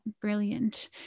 brilliant